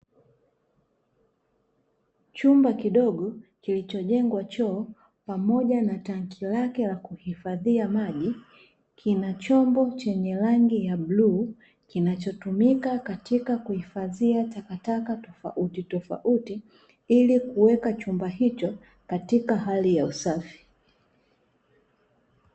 Chumba kidogo kilchojengwa choo pamoja na tanki lake la kuhifadhia maji, kina chomba chenye rangi ya bluu, kinachotumika katika kuhifadhia takataka tofautitofauti, ili kuweka chumba hicho katika hali ya usafi.